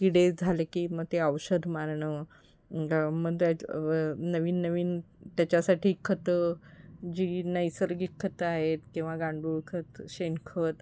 किडे झाले की मग ते औषध मारणं मग त्यात नवीन नवीन त्याच्यासाठी खतं जी नैसर्गिक खतं आहेत किंवा गांडूळ खत शेणखत